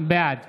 בעד